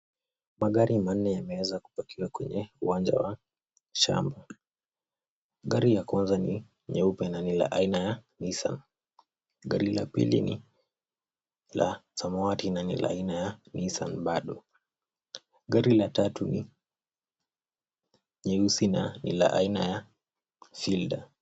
Magari manne yameweza kupakiwa kwenye uwanja wa shamba, gari ya kwanza ni nyeupe na ni la aina ya nissan, gari la pili ni la samawati na ni la aina ya nissan bado. Gari la tatu ni nyeusi na ni la aina ya fielder.